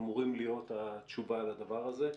אמורים להיות התשובה לדבר הזה.